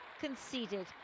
conceded